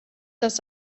das